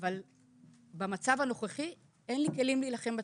אבל במצב הנוכחי אין לי כלים להילחם בטרור.